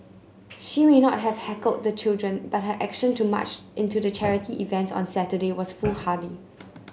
she may not have heckled the children but her action to march into the charity event on Saturday was foolhardy